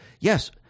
Yes